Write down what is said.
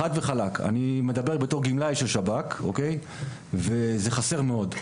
אני מדבר בתור גמלאי של שב"כ, וזה חסר מאוד.